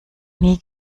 nie